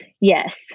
Yes